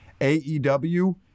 AEW